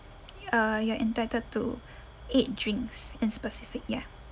uh you're entitled to eight drinks in specific ya